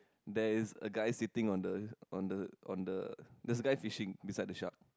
there is a guy sitting on the on the on the there's a guy fishing beside the shark